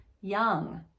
young